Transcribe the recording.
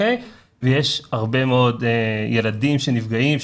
ויש הרבה מאוד ילדים שנפגעים,